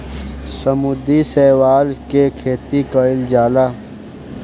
समुद्री शैवाल के खेती कईल जाला